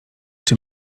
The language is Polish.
czy